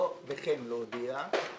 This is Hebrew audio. ולא "וכן להודיע".